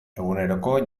eguneroko